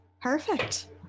Perfect